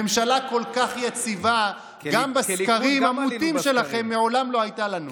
ממשלה כל כך יציבה גם בסקרים המוטים שלכם מעולם לא הייתה לנו.